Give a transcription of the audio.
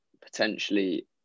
potentially